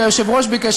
כי היושב-ראש ביקש,